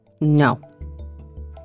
No